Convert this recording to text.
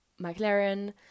McLaren